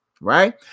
right